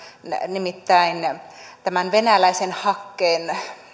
nimittäin venäläisen hakkeen